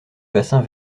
bassin